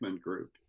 group